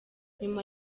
nyuma